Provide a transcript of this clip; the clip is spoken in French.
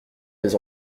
les